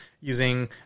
using